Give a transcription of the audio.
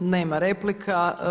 Nema replika.